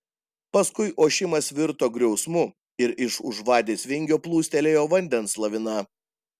paskui ošimas virto griausmu ir iš už vadės vingio plūstelėjo vandens lavina